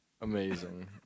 amazing